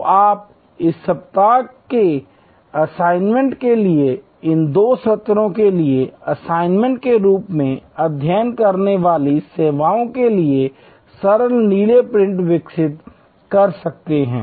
तो आप इस सप्ताह के असाइनमेंट के लिए इन दो सत्रों के लिए असाइनमेंट के रूप में अध्ययन करने वाली सेवाओं के लिए सरल नीले प्रिंट विकसित कर सकते हैं